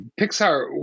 Pixar